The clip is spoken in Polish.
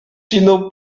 siną